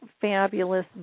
fabulous